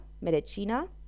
Medicina